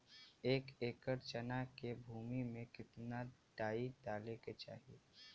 एक एकड़ चना के भूमि में कितना डाई डाले के चाही?